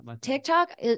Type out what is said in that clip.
tiktok